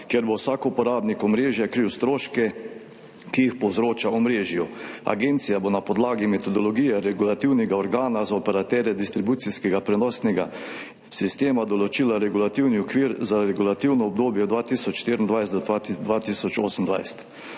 kjer bo vsak uporabnik omrežja kril stroške, ki jih povzroča omrežju. Agencija bo na podlagi metodologije regulativnega organa za operaterja distribucijskega prenosnega sistema določila regulativni okvir za regulativno obdobje od leta 2024 do 2028.